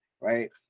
right